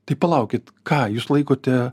tai palaukit ką jūs laikote